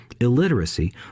illiteracy